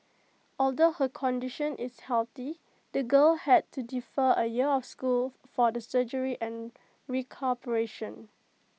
although her condition is healthy the girl had to defer A year of school for the surgery and recuperation